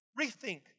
Rethink